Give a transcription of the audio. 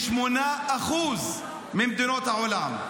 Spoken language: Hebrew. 88% ממדינות העולם.